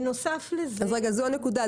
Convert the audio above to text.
אז זו הנקודה.